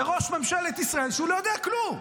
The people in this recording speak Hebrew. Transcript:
זה ראש ממשלת ישראל, שהוא לא יודע כלום.